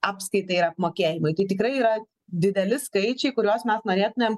apskaitai ir apmokėjimui tai tikrai yra dideli skaičiai kuriuos mes norėtumėm